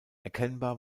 erkennbar